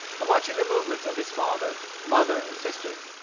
and watching the movements of his father, mother, and sisters.